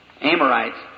Amorites